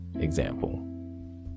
example